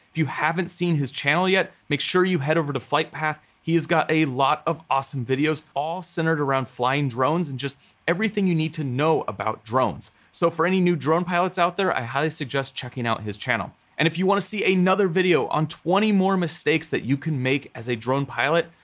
you haven't seen his channel yet, make sure you head over to flytpath. he's got a lot of awesome videos all centered around flying drones and just everything you need to know about drones. so for any new drone pilots out there, i highly suggest checking out his channel. and if you wanna see another video on twenty more mistakes that you can make as a drone pilot,